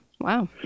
Wow